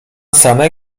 same